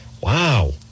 Wow